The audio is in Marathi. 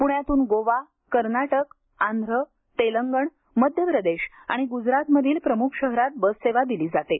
पुण्यातून गोवा कर्नाटक आंध्र तेलंगण मध्य प्रदेश आणि ग्जरात मधील प्रमुख शहरात बससेवा दिली जाते